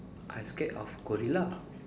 I scared of gorilla